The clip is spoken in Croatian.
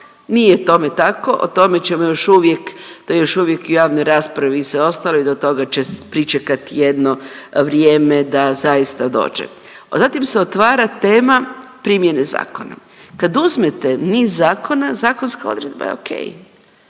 nije tome tako, o tome ćemo još uvijek, to je još uvijek u javnoj raspravi i sve ostalo i do toga će pričekat jedno vrijeme da zaista dođe. Zatim se otvara tema primjene zakona. Kad uzmete niz zakona, zakonska odredba je ok,